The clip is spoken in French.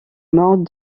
mort